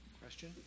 Question